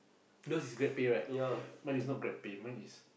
those is grab pay right mine is not grab pay mine is